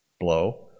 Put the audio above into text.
blow